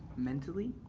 mentally?